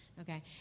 okay